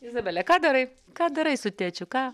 izabele ką darai ką darai su tėčiu ką